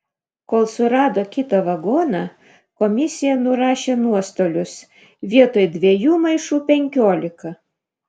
kol surado kitą vagoną komisija nurašė nuostolius vietoj dviejų maišų penkiolika